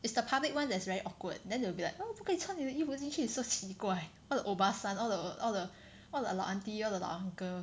it's the public ones that are very awkward then they'll be like oh 不可以穿你的衣服进去 so 奇怪 all the obasan all the all the all the 老 auntie all the 老 uncle